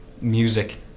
music